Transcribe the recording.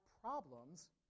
problems